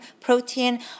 protein